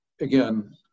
Again